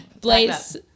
Blaze